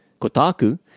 Kotaku